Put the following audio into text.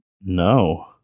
No